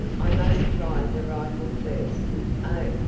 i must try the rifle first oh,